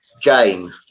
jane